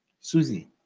susie